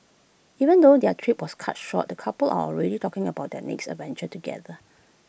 even though their trip was cut short the couple are already talking about their next adventure together